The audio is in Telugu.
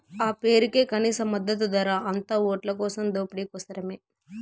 ఆ పేరుకే కనీస మద్దతు ధర, అంతా ఓట్లకోసం దోపిడీ కోసరమే